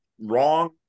wrong